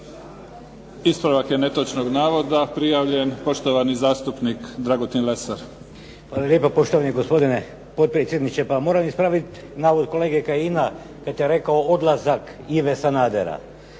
Ispravak je netočnog navoda prijavljen. Poštovani zastupnik Dragutin Lesar. **Lesar, Dragutin (Nezavisni)** Hvala lijepo poštovani gospodin potpredsjedniče. Pa moram ispraviti navod kolege Kajina kada je rekao odlazak Ive Sanadera.